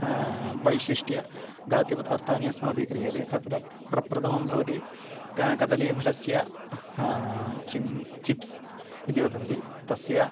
वैशिष्ट्यं खाद्यपदार्थानि अस्माभिः क्रियते तत्र प्रप्रथमं भवति कदलीफलस्य किं चिप्स् इति वदन्ति तस्य